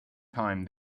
time